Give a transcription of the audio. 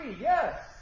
Yes